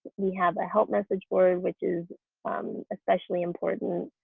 we have a help message board which is um especially important.